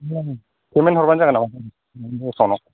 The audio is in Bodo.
पेमेन्ट हरबानो जागोन नामा नोंनि एकाउन्टआव